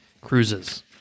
cruises